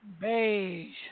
Beige